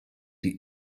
die